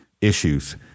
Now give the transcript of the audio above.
issues